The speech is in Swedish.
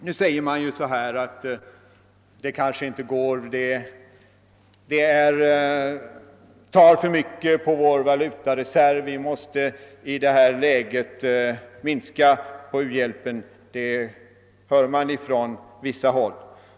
Nu säger man ju att det kanske inte går; det skulle ta för mycket av vår valutareserv och vi måste i det läget minska u-hjälpen. Detta hör man från vissa håll.